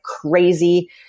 crazy